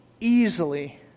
easily